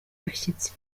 bashyitsi